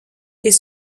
est